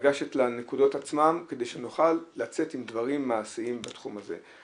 לגשת לנקודות עצמן כדי שנוכל לצאת עם דברים מעשיים בתחום הזה.